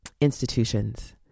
institutions